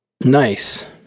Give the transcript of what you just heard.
Nice